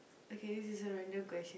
okay this is a random question